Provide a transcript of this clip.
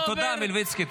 לא, תודה, מלביצקי.